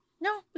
No